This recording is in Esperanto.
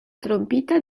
trompita